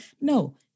No